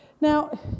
Now